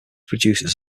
producers